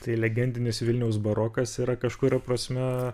tai legendinis vilniaus barokas yra kažkuria prasme